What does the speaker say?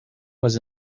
was